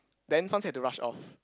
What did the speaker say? then fang jie had to rush off